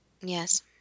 Yes